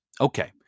Okay